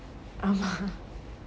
um